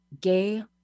gay